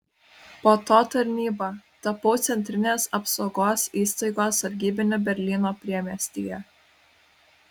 po to tarnyba tapau centrinės apsaugos įstaigos sargybiniu berlyno priemiestyje